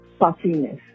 puffiness